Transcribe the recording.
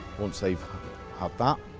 once they've had that,